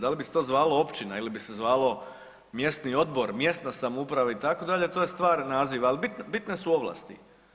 Da li bi se to zvalo općina ili bi se zvalo mjesni odbor, mjesna samouprava itd., to je stvar naziva, ali bine su ovlasti.